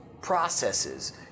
processes